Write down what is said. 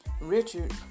Richard